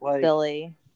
Billy